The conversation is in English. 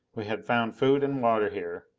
we had found food and water here,